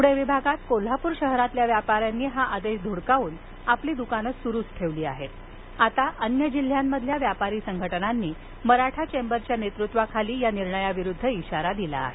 पुणे विभागात कोल्हापूर शहरातील व्यापाऱ्यांनी हा आदेश धुडकावून आपली दुकाने सुरूच ठेवली असून आता अन्य जिल्ह्यातील व्यापारी संघटनांनी मराठा चेंबरच्या नेतृत्वाखाली या निर्णयाविरुद्ध इशारा दिला आहे